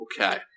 Okay